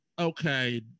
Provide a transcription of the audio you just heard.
Okay